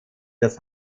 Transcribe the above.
das